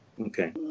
Okay